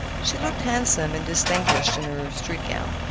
she looked handsome and distinguished in her street gown.